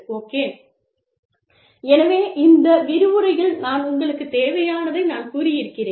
okay எனவே இந்த விரிவுரையில் நான் உங்களுக்குத் தேவையானதை நான் கூறி இருக்கிறேன்